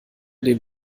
den